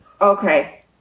Okay